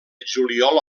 juliol